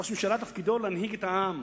ראש ממשלה תפקידו להנהיג את העם,